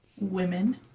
women